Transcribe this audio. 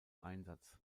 einsatz